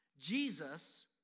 Jesus